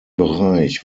bereich